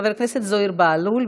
חבר הכנסת זוהיר בהלול,